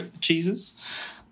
cheeses